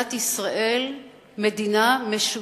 מדינת ישראל מדינה משותקת.